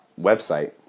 website